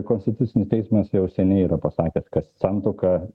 konstitucinis teismas jau seniai yra pasakęs kad santuoka